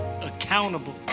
accountable